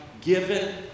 given